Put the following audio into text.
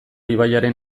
ibaiaren